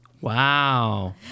Wow